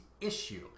issue